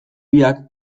biak